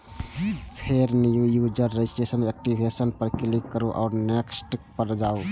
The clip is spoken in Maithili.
फेर न्यू यूजर रजिस्ट्रेशन, एक्टिवेशन पर क्लिक करू आ नेक्स्ट पर जाउ